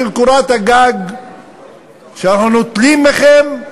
של קורת-הגג שאנחנו נוטלים מכם?